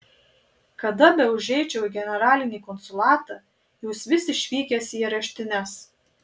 kada beužeičiau į generalinį konsulatą jūs vis išvykęs į areštines